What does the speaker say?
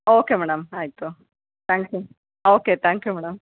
okay madam ಆಯಿತು thank you okay thank you madam